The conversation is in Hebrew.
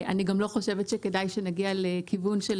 אני גם לא חושבת שכדאי שנגיע לכיוון של